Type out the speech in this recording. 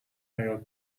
حیاط